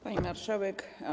Pani Marszałek!